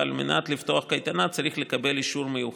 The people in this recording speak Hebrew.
ועל מנת לפתוח קייטנה צריך לקבל אישור מיוחד.